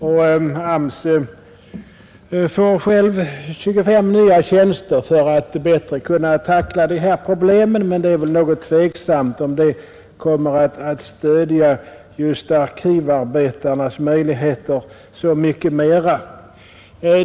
AMS får själv 25 nya tjänster för att bättre kunna tackla dessa problem, men det är väl något tveksamt om det kommer att stödja just arkivarbetarna så mycket mera.